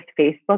Facebook